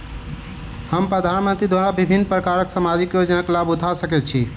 हम प्रधानमंत्री द्वारा विभिन्न प्रकारक सामाजिक योजनाक लाभ उठा सकै छी?